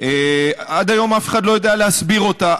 אף אחד לא יודע להסביר אותה.